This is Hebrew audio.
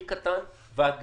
מקטן ועד גדול.